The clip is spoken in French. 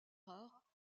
rare